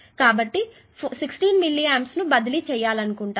కాబట్టి 16 milliamps ను బదిలీ చేయాలనుకుంటారు